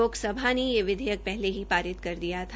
लोकसभा ने यह विधेयक पहले ही पारित कर दिया था